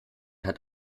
hat